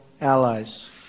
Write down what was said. allies